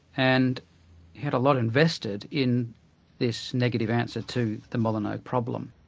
and he had a lot invested in this negative answer to the molyneux problem.